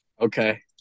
Okay